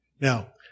Now